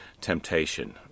temptation